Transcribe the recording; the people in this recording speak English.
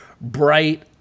bright